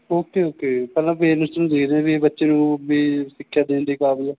okay okay ਪਹਿਲਾਂ parents ਨੂੰ ਦੇਖਦੇ ਹੈ ਵੀ ਇਹ ਬੱਚੇ ਨੂੰ ਵੀ ਸਿੱਖਿਆ ਦੇਣ ਦੇ ਕਾਬਲ ਹੈ